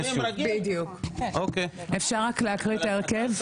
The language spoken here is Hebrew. בדיוק, אפשר רק להקריא את ההרכב?